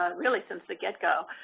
ah really since the get go.